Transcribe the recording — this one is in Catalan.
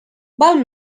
val